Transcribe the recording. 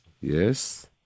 Yes